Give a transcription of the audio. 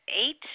eight